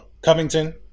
Covington